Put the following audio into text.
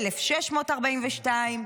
1,642 שקלים.